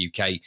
uk